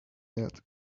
that